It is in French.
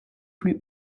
plus